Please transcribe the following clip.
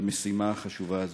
למשימה החשובה הזאת,